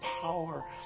power